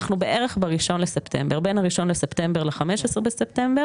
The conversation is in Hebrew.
אנחנו בערך בין ה-1 בספטמבר ל-15 בספטמבר,